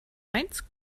eins